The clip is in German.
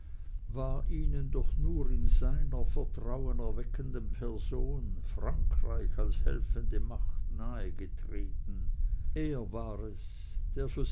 war ihnen doch nur in seiner vertrauen erweckenden person frankreich als helfende macht nahe getreten er war es der